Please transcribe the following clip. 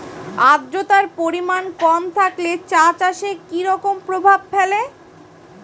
আদ্রতার পরিমাণ কম থাকলে চা চাষে কি রকম প্রভাব ফেলে?